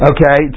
Okay